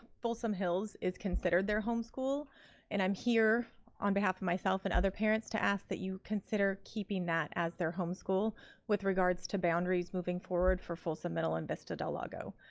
folsom hills is considered their home school and i'm here on behalf of myself and other parents to ask that you consider keeping that as their home school with regards to boundaries moving forward for folsom middle and vista del lago.